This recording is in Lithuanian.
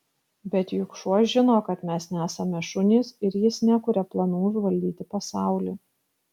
bet juk šuo žino kad mes nesame šunys ir jis nekuria planų užvaldyti pasaulį